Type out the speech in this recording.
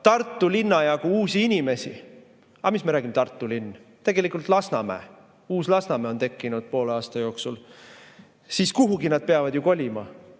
Tartu linna jagu uusi inimesi – aga mis me räägime, Tartu linn, tegelikult Lasnamäe, uus Lasnamäe on tekkinud poole aasta jooksul –, siis kuhugi nad peavad ju kolima,